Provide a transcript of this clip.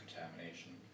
contamination